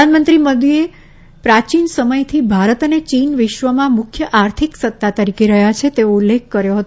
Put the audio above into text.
પ્રધાનમંત્રી મોદીએ પ્રાયીન સમયથી ભારત અને ચીન વિશ્વમાં મુખ્ય આર્થિક સત્તા તરીકે રહ્યા છે તેવો ઉલ્લેખ કર્યો હતો